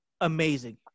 amazing